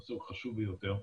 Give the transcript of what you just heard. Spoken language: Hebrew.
זה נושא חשוב ביותר.